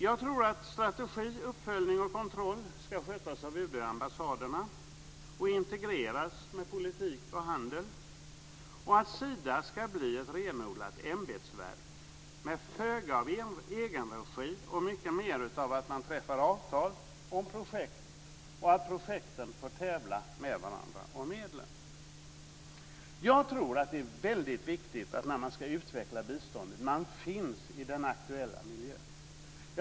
Jag tror att strategi, uppföljning och kontroll ska skötas av UD och ambassaderna och integreras med politik och handel. Sida bör bli ett renodlat ämbetsverk med föga av egenregi. Det ska handla mycket mer om att man träffar avtal om projekt och att projekten får tävla med varandra om medlen. Jag tror att det är väldigt viktigt att man, när man ska utveckla biståndet, finns i den aktuella miljön.